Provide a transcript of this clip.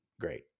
great